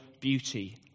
beauty